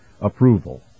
approval